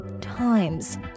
times